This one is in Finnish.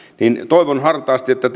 niin toivon hartaasti että